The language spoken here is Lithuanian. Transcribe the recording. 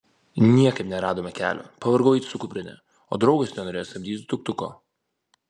niekaip neradome kelio pavargau eiti su kuprine o draugas nenorėjo samdyti tuk tuko